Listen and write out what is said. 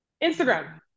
Instagram